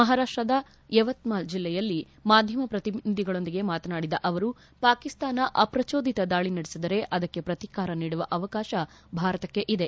ಮಹಾರಾಪ್ಟದ ಯವತ್ನಾಲ್ ಜಲ್ಲೆಯಲ್ಲಿ ಮಾಧ್ಯಮ ಪ್ರತಿನಿಧಿಗಳೊಂದಿಗೆ ಮಾತನಾಡಿದ ಅವರು ಪಾಕಿಸ್ತಾನ ಅಪ್ರಜೋದಿತ ದಾಳಿ ನಡೆಸಿದರೆ ಅದಕ್ಷೆ ಪ್ರತೀಕಾರ ನೀಡುವ ಅವಕಾಶ ಭಾರತಕ್ಷೆ ಇದೆ